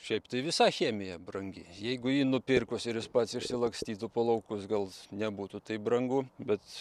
šiaip tai visa chemija brangi jeigu jį nupirkus ir jis pats išsilakstytų po laukus gal nebūtų taip brangu bet